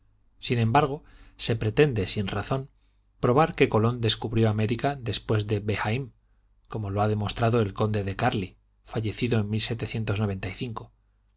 sin embargo se pretende sin razón probar que colón descubrió américa después de behaim como lo ha demostrado el conde de carli fallecido en